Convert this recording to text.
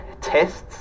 tests